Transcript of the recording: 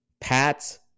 Pats